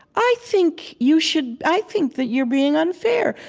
i think you should i think that you're being unfair.